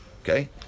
okay